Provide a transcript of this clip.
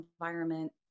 environment